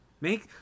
Make